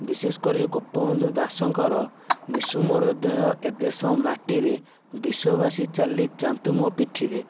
ବିଶେଷ କରି ଗୋପବନ୍ଧୁ ଦାସଙ୍କର ମିଶୁ ମୋ'ର ଦେହ ଏ ଦେଶ ମାଟିରେ ବିଶ୍ୱବାସୀ ଚାଲି ଯା'ନ୍ତୁ ମୋ' ପିଠିରେ